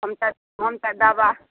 हम तऽ हम तऽ दवा